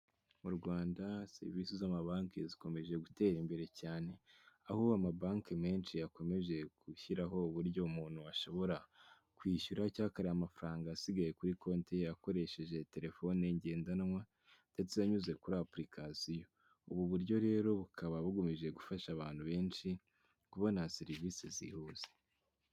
Mu Rwanda, serivisi z'amabanki zikomeje gutera imbere cyane. Aho amabanki menshi yakomeje gushyiraho uburyo umuntu ashobora kwishyura cyangwa akareba amafaranga asigaye kuri konti akoresheje telefoni ngendanwa ndetse anyuze kuri apulikasiyo. Ubu buryo rero bukaba bugamije gufasha abantu benshi kubona serivisi zihuse.